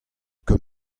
ket